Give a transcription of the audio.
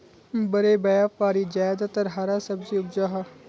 बड़े व्यापारी ज्यादातर हरा सब्जी उपजाहा